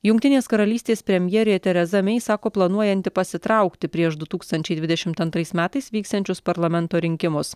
jungtinės karalystės premjerė tereza mei sako planuojanti pasitraukti prieš du tūkstančiai dvidešimt antrais metais vyksiančius parlamento rinkimus